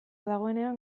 dagoenean